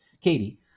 Katie